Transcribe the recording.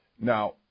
Now